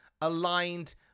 aligned